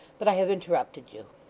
but i have interrupted you